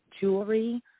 Jewelry